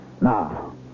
Now